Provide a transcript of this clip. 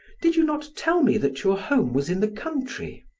did you not tell me that your home was in the country?